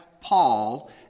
Paul